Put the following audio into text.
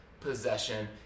possession